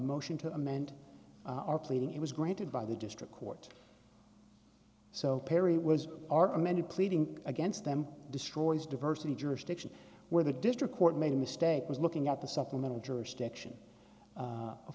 motion to amend our pleading it was granted by the district court so perry was our amended pleading against them destroys diversity jurisdiction where the district court made a mistake was looking at the supplemental jurisdiction